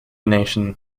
nation